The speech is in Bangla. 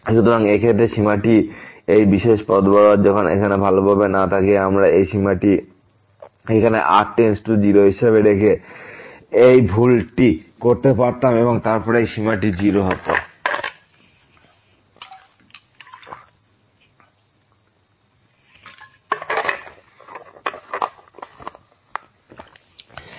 সুতরাং এই ক্ষেত্রে এই সীমাটি এই বিশেষ পথ বরাবর যখন এখানে ভালোভাবে না তাকিয়ে আমরা এই সীমাটি এখানেr → 0 হিসাবে রেখে এই ভুলটি করতে পারতাম এবং তারপর এই সীমাটি 0